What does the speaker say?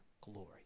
glory